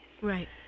Right